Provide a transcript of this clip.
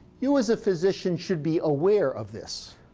you, as a physician, should be aware of this.